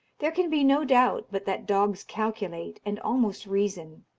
there can be no doubt but that dogs calculate, and almost reason.